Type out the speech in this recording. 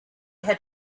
had